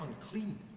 unclean